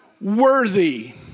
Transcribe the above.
worthy